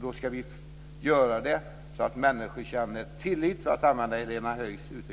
Då ska vi göra det så att människor känner tillit, för att använda Helena Höijs uttryck.